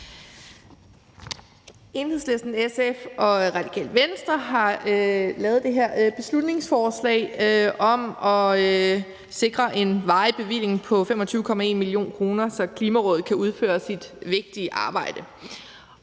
Enhedslisten, SF og Radikale Venstre har lavet det her beslutningsforslag om at sikre en varig bevilling på 25,1 mio. kr., så Klimarådet kan udføre sit vigtige arbejde.